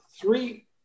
three